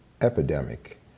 epidemic